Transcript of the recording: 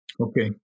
Okay